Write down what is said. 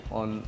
on